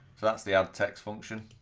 so that's the add text function